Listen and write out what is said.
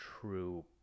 true